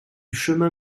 chemin